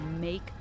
make